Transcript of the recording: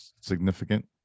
significant